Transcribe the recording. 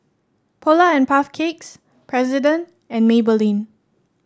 Polar and Puff Cakes President and Maybelline